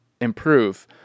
improve